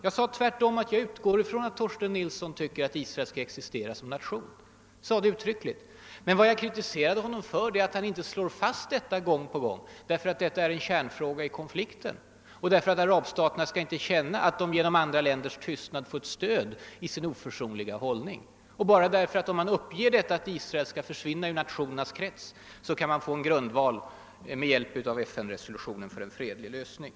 Jag sade tvärtom uttryckligt att jag utgår från att Torsten Nilsson tycker att Israel skall existera som nation. Vad jag kritiserar honom för är att han inte slår fast detta gång på gång. Det är nämligen en kärnfråga i konflikten och arabstaterna skall inte känna att de genom andra länders tystnad får ett stöd i sin oförsonliga hållning. Bara genom att de uppger sitt krav på att Israel skall försvinna ur nationernas krets kan man få en grundval att med hjälp av FN-resolutionen och annat nå en fredlig lösning.